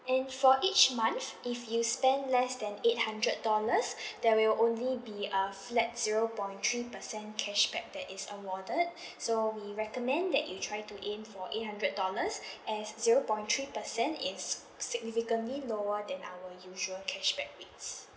and for each month if you spend less than eight hundred dollars there will only be a flat zero point three percent cashback that is awarded so we recommend that you try to aim for eight hundred dollars as zero point three percent is significantly lower than our usual cashback rates